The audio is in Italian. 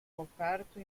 offerto